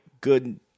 good